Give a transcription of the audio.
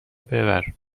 ببر